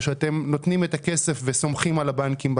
או שאתם נותנים את הכסף וסומכים על הבנקים?